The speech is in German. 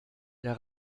der